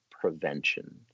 prevention